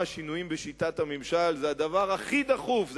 השינויים בשיטת הממשל זה הדבר הכי דחוף,